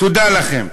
תודה לכם.